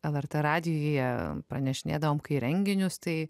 lrt radijuje pranešinėdavom kai renginius tai